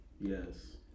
Yes